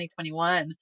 2021